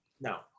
No